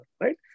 right